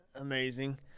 amazing